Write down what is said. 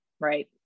right